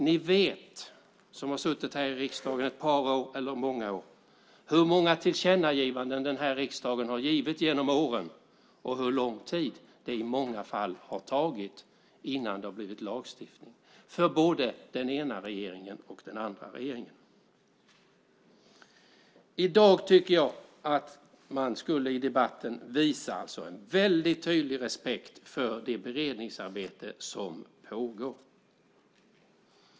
Ni som har suttit här i riksdagen ett par år eller många år vet hur många tillkännagivanden riksdagen har givit genom åren och hur lång tid det i många fall har tagit både för den ena regeringen och den andra regeringen innan det blivit lagstiftning. I dag borde man i debatten visa en väldigt tydlig respekt för det beredningsarbete som pågår.